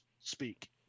speak